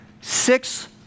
six